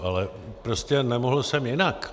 Ale prostě nemohl jsem jinak.